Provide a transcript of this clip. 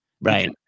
right